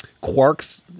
Quark's